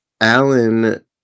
Alan